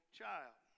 child